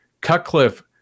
Cutcliffe